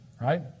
Right